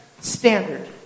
standard